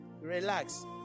Relax